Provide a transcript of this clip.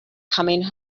coming